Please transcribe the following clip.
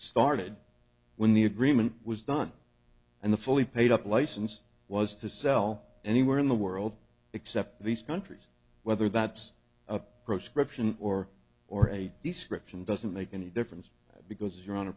started when the agreement was done and the fully paid up license was to sell anywhere in the world except these countries whether that's a proscription or or a description doesn't make any difference because